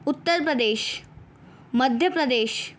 Uttar Pradesh Madhya Pradesh